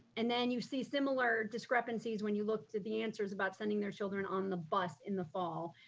and then you see similar discrepancies when you look to the answers about sending their children on the bus in the fall,